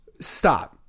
stop